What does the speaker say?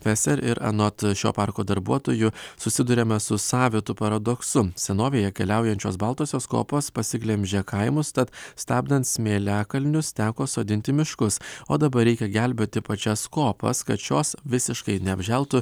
feser ir anot šio parko darbuotojų susiduriame su savitu paradoksu senovėje keliaujančios baltosios kopos pasiglemžia kaimus tad stabdant smėliakalnius teko sodinti miškus o dabar reikia gelbėti pačias kopas kad šios visiškai neapželtų